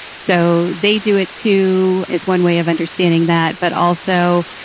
so they do it to is one way of understanding that. but also,